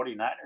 49ers